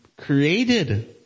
created